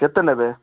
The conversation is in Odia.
କେତେ ନେବେ